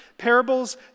Parables